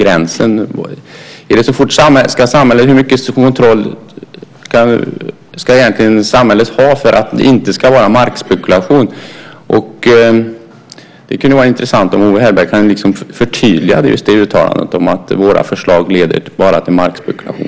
Var går i så fall gränsen? Hur mycket kontroll ska egentligen samhället ha för att det inte ska vara markspekulation? Det kunde vara intressant om Owe Hellberg kan förtydliga det uttalandet, om att våra förslag bara leder till markspekulation.